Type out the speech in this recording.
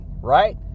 right